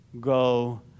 go